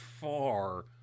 far